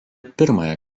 pirmąją